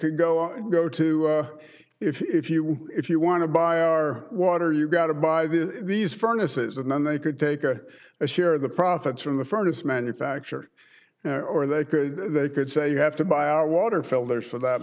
could go on go to if you if you want to buy our water you got to buy the these furnace is and then they could take a a share of the profits from the furnace manufacturer or they could they could say you have to buy a water fell there for that